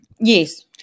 Yes